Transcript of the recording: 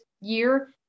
year